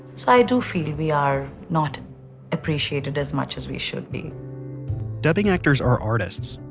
so i do feel we are not appreciated as much as we should be dubbing actors are artists,